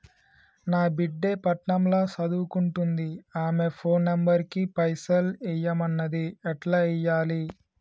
నా బిడ్డే పట్నం ల సదువుకుంటుంది ఆమె ఫోన్ నంబర్ కి పైసల్ ఎయ్యమన్నది ఎట్ల ఎయ్యాలి?